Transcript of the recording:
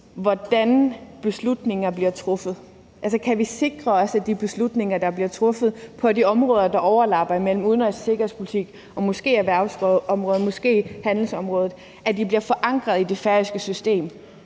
hvordan beslutninger bliver truffet. Altså, kan vi sikre os, at de beslutninger, der bliver truffet på de områder, hvor der er overlap mellem udenrigs- og sikkerhedspolitik og måske mellem erhvervspolitik og handelspolitik, bliver forankret i det færøske system?